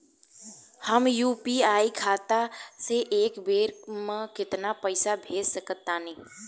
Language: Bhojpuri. हम यू.पी.आई खाता से एक बेर म केतना पइसा भेज सकऽ तानि?